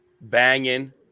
Banging